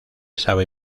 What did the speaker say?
sabe